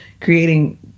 creating